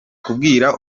kubwira